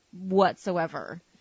whatsoever